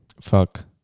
fuck